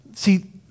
See